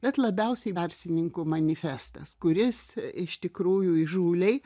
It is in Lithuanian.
bet labiausiai arsininkų manifestas kuris iš tikrųjų įžūliai